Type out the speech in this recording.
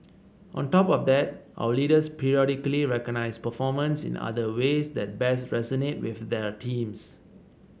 on top of that our leaders periodically recognise performance in other ways that best resonate with their teams